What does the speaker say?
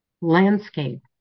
landscape